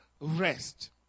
rest